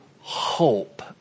hope